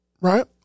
Right